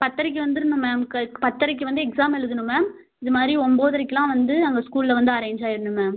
பத்தரைக்கு வந்துடணும் மேம் க பத்தரைக்கு வந்து எக்ஸாம் எழுதணும் மேம் இந்த மாதிரி ஒன்பதரைக்கெல்லாம் வந்து அங்கே ஸ்கூலில் வந்து அரேஞ்ச் ஆகிடணும் மேம்